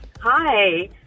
Hi